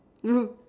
road